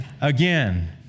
again